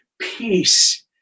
Peace